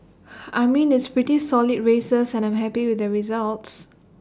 I mean it's pretty solid races and I'm happy with the results